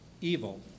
evil